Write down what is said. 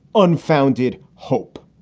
unfounded hope.